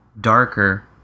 darker